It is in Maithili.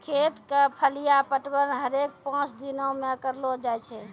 खेत क फलिया पटवन हरेक पांच दिनो म करलो जाय छै